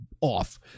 off